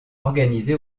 organisé